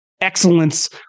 excellence